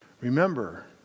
Remember